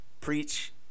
preach